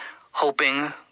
hoping